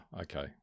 okay